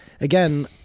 again